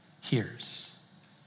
hears